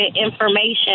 information